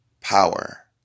Power